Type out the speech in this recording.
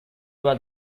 was